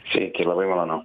sveiki labai malonu